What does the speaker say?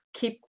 keep